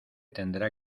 tendrá